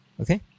Okay